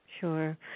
Sure